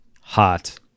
hot